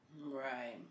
Right